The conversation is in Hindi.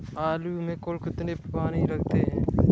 आलू में कुल कितने पानी लगते हैं?